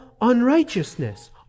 unrighteousness